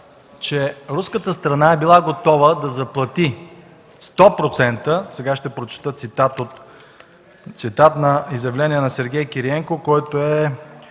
че руската страна е била готова да заплати 100%? Сега ще прочета цитат, изявление на Сергей Кириенко, шеф